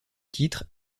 titre